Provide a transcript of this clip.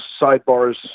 sidebars